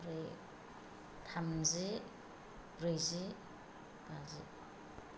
आमफ्राय थामजि ब्रैजि बाजि